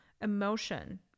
Emotion